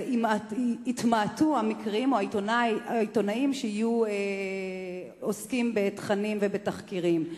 יתמעטו העיתונאים שיעסקו בתכנים ובתחקירים.